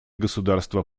государства